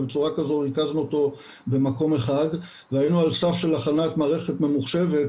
ובצורה כזו ריכזנו במקום אחד והיינו על סף של הכנת מערכת ממוחשבת,